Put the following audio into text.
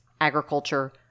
agriculture